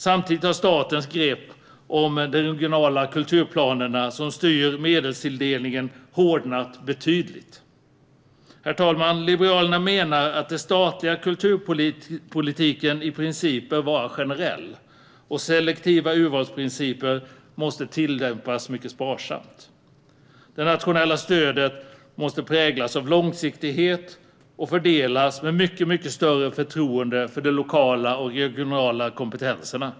Samtidigt har statens grepp om de regionala kulturplanerna som styr medelstilldelningen hårdnat betydligt. Herr talman! Liberalerna menar att den statliga kulturpolitiken i princip bör vara generell och att selektiva urvalsprinciper måste tillämpas mycket sparsamt. Det nationella stödet måste präglas av långsiktighet och fördelas med mycket större förtroende för de lokala och regionala kompetenserna.